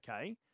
okay